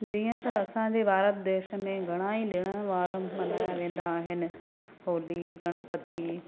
जीअं त असां जे भारत देश में घणा ई ॾिण वार मल्हाया वेंदा आहिनि होली गणपती